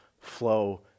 flow